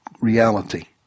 reality